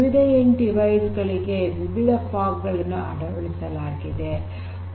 ವಿವಿಧ end device ಗಳಿಗೆ ವಿವಿಧ ಫಾಗ್ ಗಳನ್ನು ಅಳವಡಿಸಲಾಗಿದೆ